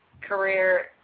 career